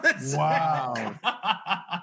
Wow